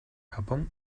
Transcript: japón